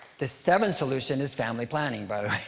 the seventh solution is family planning, by the way.